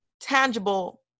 tangible